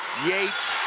yates,